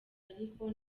ariko